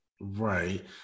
Right